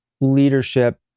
leadership